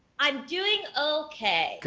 i'm doing okay,